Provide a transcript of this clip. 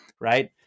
Right